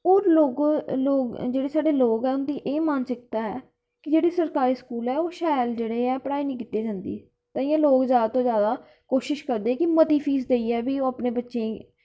होर लोग एह् साढ़े जेह्ड़े लोग न उंदी एह् मानसिकता ऐ की जेह्ड़े सरकारी स्कूल ऐ ओह् शैल जेह्ड़ी ऐ पढ़ाई निं कीती जंदी ते एह् लोग जादै तों जादै कोशिश करदे की ओह् मती फीस देइयै बी ओह् अपने बच्चें ई